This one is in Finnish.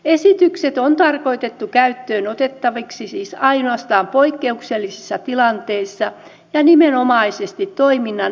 esitykset on tarkoitettu käyttöön otettaviksi siis ainoastaan poikkeuksellisissa tilanteissa ja nimenomaisesti toiminnan välittömään käynnistämiseen